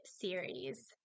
series